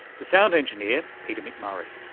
the sound engineer peter mcmurray.